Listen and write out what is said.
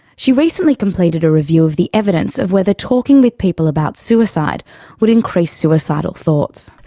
she recently completed a review of the evidence of whether talking with people about suicide would increase suicidal thoughts.